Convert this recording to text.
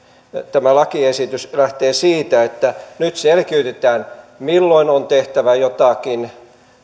lakiesitys lähtee siitä että nyt selkiytetään milloin on tehtävä jotakin